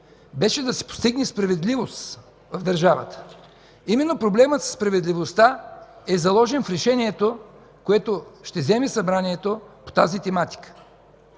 беше да се постигне справедливост в държавата. Именно проблемът със справедливостта е заложен в решението, което ще вземе Събранието по тази тематика.